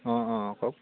অঁ অঁ কওক